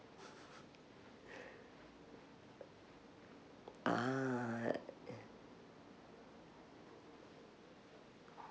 ah